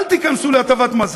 אל תיכנסו להטבת מס.